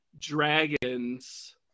dragons